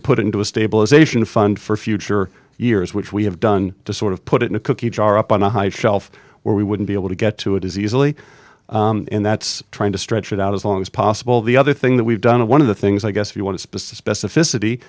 to put it into a stabilization fund for future years which we have done to sort of put it in a cookie jar up on a high shelf where we wouldn't be able to get to it as easily in that's trying to stretch it out as long as possible the other thing that we've done one of the things i guess if you want specific